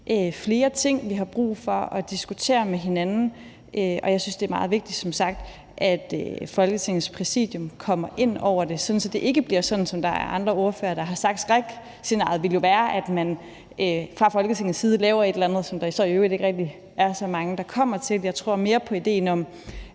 flere ting, vi har brug for at diskutere med hinanden. Jeg synes, at det som sagt er meget vigtigt, at Folketingets Præsidium kommer ind over det, sådan at det ikke bliver sådan, som andre ordførere har sagt. Skrækscenariet ville jo være, at man fra Folketingets side laver et eller andet, som der i øvrigt ikke er så mange, der kommer til. Jeg tror mere på idéen om,